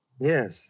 Yes